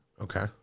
Okay